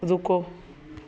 ਰੁਕੋ